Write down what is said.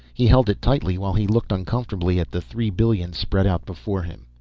he held it tightly while he looked uncomfortably at the three billion spread out before him.